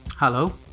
Hello